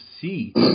see